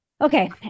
Okay